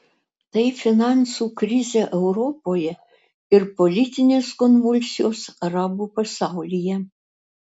tai finansų krizė europoje ir politinės konvulsijos arabų pasaulyje